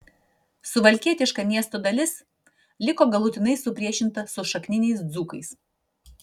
suvalkietiška miesto dalis liko galutinai supriešinta su šakniniais dzūkais